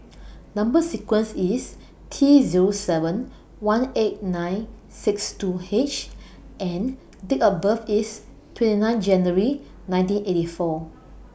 Number sequence IS T Zero seven one eight nine six two H and Date of birth IS twenty nine January nineteen eighty four